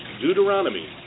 Deuteronomy